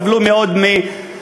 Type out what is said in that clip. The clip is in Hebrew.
סבלו מאוד מהגשם,